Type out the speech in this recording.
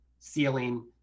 ceiling